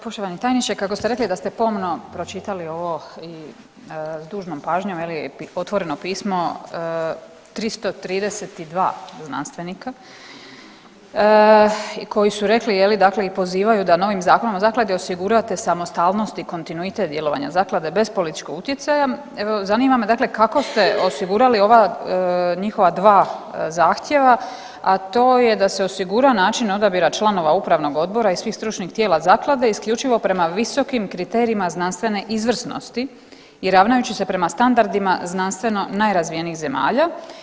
Poštovani tajniče kako ste rekli da ste pomno pročitali ovo i s dužnom pažnjom je li otvoreno pismo 332 znanstvenika koji su rekli je li dakle i pozivaju da novim zakonom o zakladi osigurate samostalnost i kontinuitet djelovanja zaklade bez političkog utjecaja, zanima me dakle kako ste osigurala ova njihova dva zahtjeva, a to je da se osigura način odabira članova upravnog odbora i svih stručnih tijela zaklade isključivo prema visokim kriterijima znanstvene izvrsnosti i ravnajući se prema standardima znanstveno najrazvijenijih zemalja.